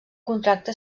contracte